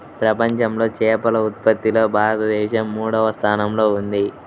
ప్రపంచంలో చేపల ఉత్పత్తిలో భారతదేశం మూడవ స్థానంలో ఉంది